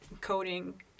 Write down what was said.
coding